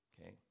okay